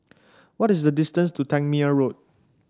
what is the distance to Tangmere Road